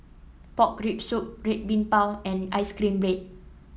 Pork Rib Soup Red Bean Bao and ice cream bread